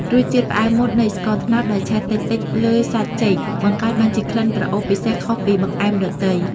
រសជាតិផ្អែមមុតនៃស្ករត្នោតដែលឆេះតិចៗលើសាច់ចេកបង្កើតបានជាក្លិនក្រអូបពិសេសខុសពីបង្អែមដទៃ។